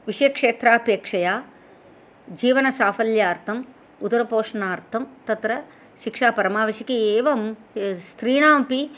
कृष्यक्षेत्रापेक्षया जीवनपाफल्यार्थम् उदरपोषणार्थम् तत्र शिक्षा परमावश्यकी एवं स्त्रीणामपि